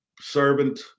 servant